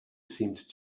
seemed